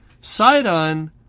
Sidon